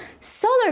solar